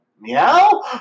meow